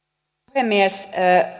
puhemies